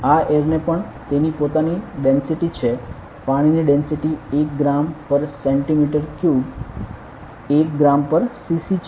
આ એરને પણ તેની પોતાની ડેન્સિટિ છે પાણીની density 1 gram per centimetre cube 1 gram per cc છે